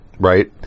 Right